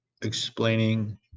explaining